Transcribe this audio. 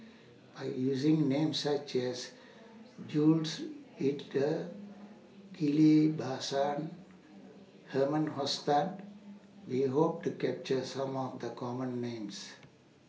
By using Names such as Jules Itier Ghillie BaSan Herman Hochstadt We Hope to capture Some of The Common Names